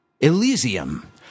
Elysium